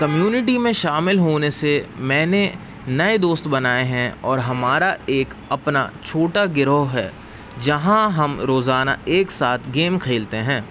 community میں شامل ہونے سے میں نے نئے دوست بنائے ہیں اور ہمارا ایک اپنا چھوٹا گروہ ہے جہاں ہم روزانہ ایک ساتھ گیم کھیلتے ہیں